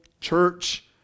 church